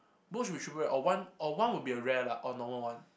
both should be triple rare or one or one will be a rare or normal one